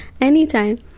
anytime